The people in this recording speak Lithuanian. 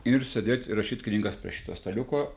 ir sėdėt ir rašyt knygas prie šito staliuko